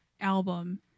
album